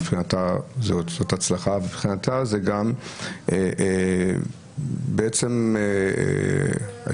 מבחינתה זאת הצלחה ומבחינתה זה גם בעצם האפשרות